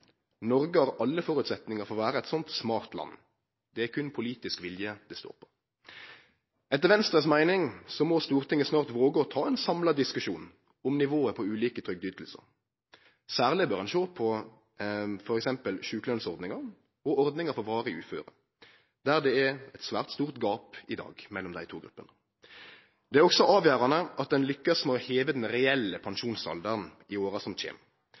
Noreg har alle føresetnader for å vere eit sånt smart land. Det er berre politisk vilje det står på. Etter Venstres meining må Stortinget snart våge å ta ein samla diskusjon om nivået på ulike trygdeytingar. Særleg bør ein sjå på f.eks. sjukelønnsordninga og ordninga for varig uføre – det er svært stort gap i dag mellom dei to gruppene. Det er også avgjerande at ein lykkast med å heve den reelle pensjonsalderen i åra som kjem.